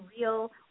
real